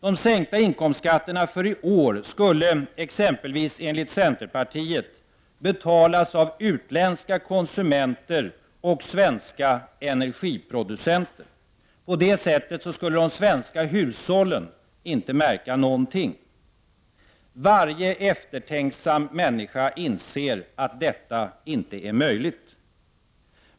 De sänkta inkomstskatterna för i år skulle exempelvis, enligt centerpartiet, betalas av utländska konsumenter och svenska energiproducenter. På det sättet skulle de svenska hushållen inte märka någonting. Varje eftertänksam människa inser att detta inte är möjligt.